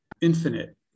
infinite